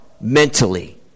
mentally